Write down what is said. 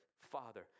Father